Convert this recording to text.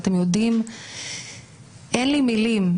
ואין לי מילים.